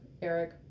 Eric